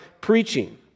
preaching